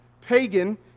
pagan